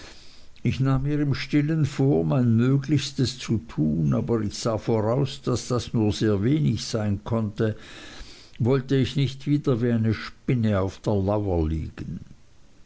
ich nahm mir im stillen vor mein möglichstes zu tun aber ich sah voraus daß das nur sehr wenig sein konnte wollte ich nicht wieder wie eine spinne auf der lauer liegen